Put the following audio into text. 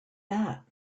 that